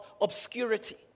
obscurity